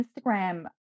instagram